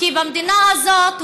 כי במדינה הזאת,